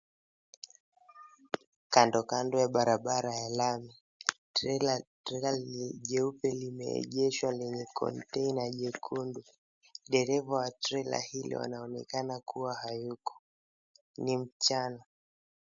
Kando kando ya barabara ya lami trela jeupe limeegeshwa lenye konteina jekundu. Dereva wa trela hilo anaonekana kuwa hayuko. Ni mchana.